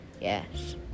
Yes